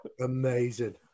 Amazing